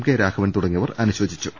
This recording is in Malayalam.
കെ രാഘവൻ തുടങ്ങിയവർ അനുശോചിച്ചു